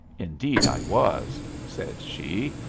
indeed i was, said she,